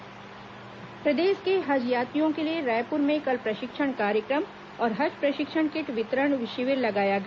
हज यात्री प्रशिक्षण प्रदेश के हज यात्रियों के लिए रायपुर में कल प्रशिक्षण कार्यक्रम और हज प्रशिक्षण किट वितरण शिविर लगाया गया